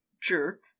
jerk